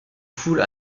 foule